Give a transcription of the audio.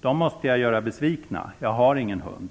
Då måste jag göra dem besvikna. Jag har ingen hund.